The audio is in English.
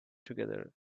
together